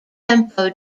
tempo